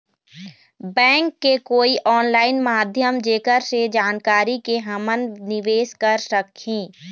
Bank के कोई online माध्यम जेकर से जानकारी के के हमन निवेस कर सकही?